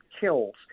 kills